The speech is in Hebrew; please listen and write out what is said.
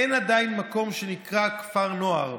אין עדיין מקום שנקרא כפר נוער,